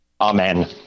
Amen